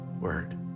word